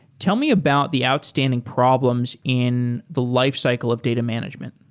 tell me about the outstanding problems in the lifecycle of data management.